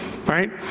Right